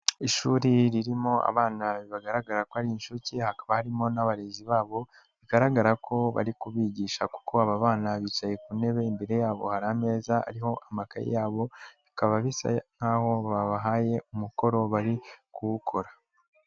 Ishuri ririmo abana bagaragara ko ari inshuke, hakaba harimo n'abarezi babo, bigaragara ko bari kubigisha kuko aba bana bicaye ku ntebe, imbere yabo hari ameza ariko amakaye yabo, bikaba bisa nk'aho babahaye umukoro bari kuwukora.